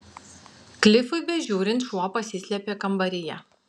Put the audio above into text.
klifui bežiūrint šuo pasislėpė kambaryje